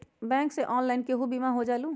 Bank से online केहु बिमा हो जाईलु?